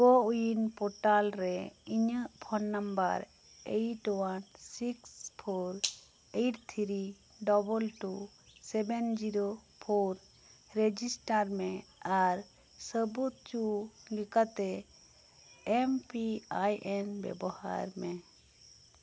ᱠᱳ ᱚᱣᱤᱱ ᱯᱨᱳᱴᱟᱞ ᱨᱮ ᱤᱧᱟᱹᱜ phone number eight one six four eight three double two seven zero four register ᱢᱮ ᱟᱨ ᱥᱟᱹᱵᱩᱫ ᱦᱚᱪᱚ ᱞᱮᱠᱟᱛᱮ ᱮᱢ ᱯᱤ ᱟᱭ ᱮᱱ ᱵᱮᱵᱚᱦᱟᱨ ᱢᱮ